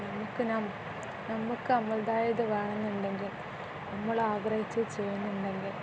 നമുക്ക് ന നമുക്ക് നമ്മളുടേതായത് വേണമെന്നുണ്ടെങ്കിൽ നമ്മളാഗ്രഹിച്ചത് ചെയ്യുന്നുണ്ടെങ്കിൽ